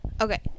okay